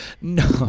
No